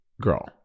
Girl